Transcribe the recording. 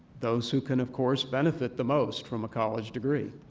those who can, of course, benefit the most from a college degree.